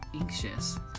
anxious